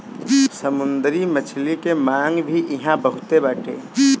समुंदरी मछली के मांग भी इहां बहुते बाटे